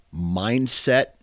mindset